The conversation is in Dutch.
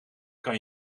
kan